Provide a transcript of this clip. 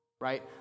right